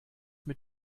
mit